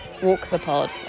walkthepod